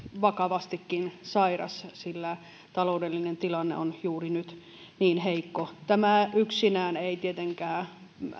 vakavastikin sairas sillä taloudellinen tilanne on juuri nyt niin heikko tämä yksinään ei tietenkään